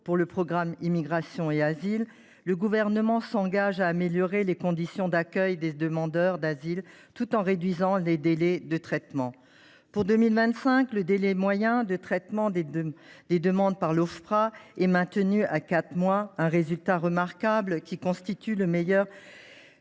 pour le programme « Immigration et asile ». Le Gouvernement s’engage à améliorer les conditions d’accueil des demandeurs d’asile tout en réduisant les délais de traitement. Pour 2025, le délai moyen de traitement des demandes par l’Ofpra est maintenu à quatre mois ; c’est un résultat remarquable, le meilleur